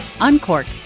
uncork